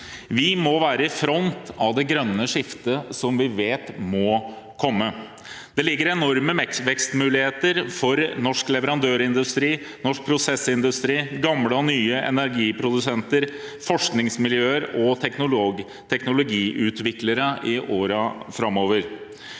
Vi må være i front av det grønne skiftet som vi vet må komme. Det ligger enorme vekstmuligheter for norsk leverandørindustri, norsk prosessindustri, gamle og nye energiprodusenter, forskningsmiljøer og teknologiutviklere i årene framover.